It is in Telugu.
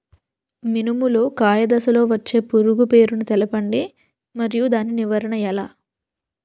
మినుము లో కాయ దశలో వచ్చే పురుగు పేరును తెలపండి? మరియు దాని నివారణ ఎలా?